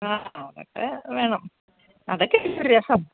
ആ അതൊക്കെ വേണം അതൊക്കെ അല്ലേ ഒരു രസം